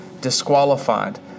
disqualified